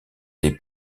les